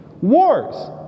Wars